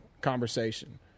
conversation